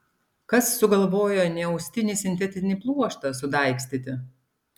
kas sugalvojo neaustinį sintetinį pluoštą sudaigstyti